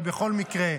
אבל בכל מקרה,